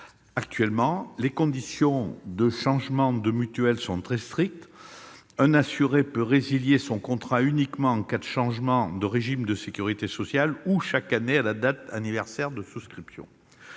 Actuellement, les conditions de changement de mutuelle sont très strictes : un assuré ne peut résilier son contrat qu'en cas de changement de régime de sécurité sociale ou chaque année, à la date anniversaire de la souscription.